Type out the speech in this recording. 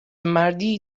مردی